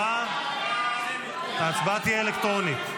ההצבעה תהיה אלקטרונית.